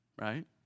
right